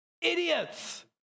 Idiots